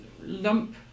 lump